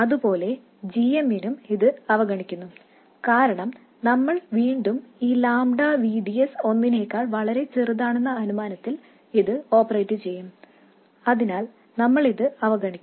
അതുപോലെ g m നും ഇത് അവഗണിക്കുന്നു കാരണം നമ്മൾ വീണ്ടും ഈ ലാംഡ V D S ഒന്നിനേക്കാൾ വളരെ ചെറുതാണെന്ന അനുമാനത്തിൽ ഇത് ഓപ്പറേറ്റ് ചെയ്യും അതിനാൽ നമ്മൾ ഇത് അവഗണിക്കും